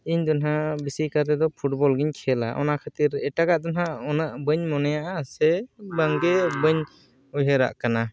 ᱤᱧᱫᱚ ᱱᱟᱜ ᱵᱮᱥᱤ ᱠᱟᱨ ᱛᱮᱫᱚ ᱯᱷᱩᱴᱵᱚᱞ ᱜᱤᱧ ᱠᱷᱮᱞᱟ ᱚᱱᱟ ᱠᱷᱟᱹᱛᱤᱨ ᱮᱴᱟᱜᱟᱜ ᱫᱚ ᱱᱟᱜ ᱩᱱᱟᱹᱜ ᱵᱟᱹᱧ ᱢᱚᱱᱮᱭᱟᱜᱼᱟ ᱥᱮ ᱵᱟᱝᱜᱮ ᱵᱟᱹᱧ ᱩᱭᱦᱟᱹᱨᱟᱜ ᱠᱟᱱᱟ